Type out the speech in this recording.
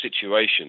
situation